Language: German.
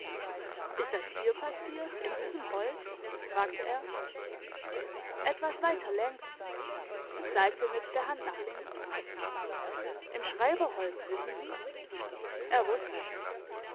ist das hier passiert in diesem holz fragte er etwas weiter längs sie zeigte mit der hand nach links im schreiberholz wissen sie er wusste